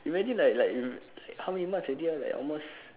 imagine like like you how many months already ah like almost